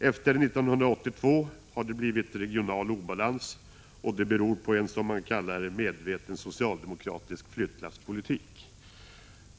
Efter 1982 har det blivit regional obalans, och det beror på en, som man kallar det, medveten socialdemokratisk flyttlasspolitik.